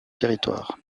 territoire